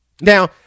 Now